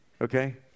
Okay